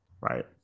Right